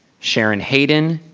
sharon hayden.